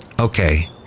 Okay